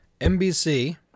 NBC